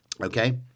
Okay